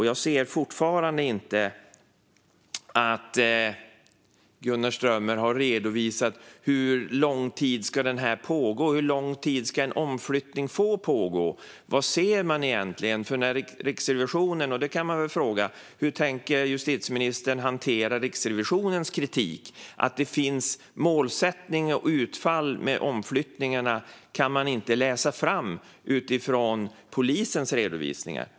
Jag ser fortfarande inte att Gunnar Strömmer har redovisat hur lång tid detta ska pågå. Hur lång tid ska en omflyttning få pågå? Vad ser man egentligen? Hur tänker justitieministern hantera Riksrevisionens kritik? Att det finns målsättningar och utfall när det gäller omflyttningarna kan man inte utläsa av polisens redovisningar.